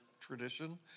tradition